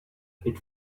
bit